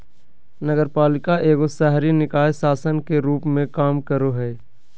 नगरपालिका एगो शहरी निकाय शासन के रूप मे काम करो हय